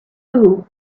two